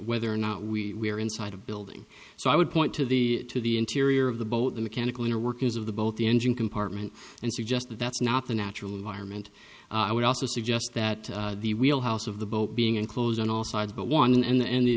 whether or not we are inside a building so i would point to the to the interior of the boat the mechanical inner workings of the boat the engine compartment and suggest that that's not the natural environment i would also suggest that the wheel house of the boat being enclosed on all sides but one and the